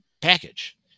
package